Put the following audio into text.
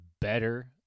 better